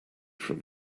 from